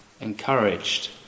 encouraged